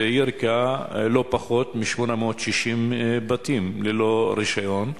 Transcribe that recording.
בירכא לא פחות מ-860 בתים ללא רשיון,